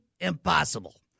impossible